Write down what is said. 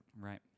Right